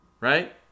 right